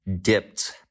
dipped